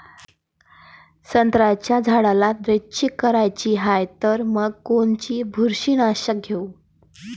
संत्र्याच्या झाडाला द्रेंचींग करायची हाये तर मग कोनच बुरशीनाशक घेऊ?